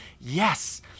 yes